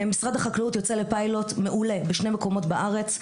משרד החקלאות יוצא לפיילוט מעולה בשני מקומות בארץ,